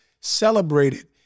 celebrated